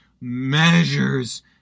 measures